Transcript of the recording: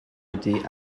était